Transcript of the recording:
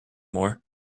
more